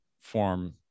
form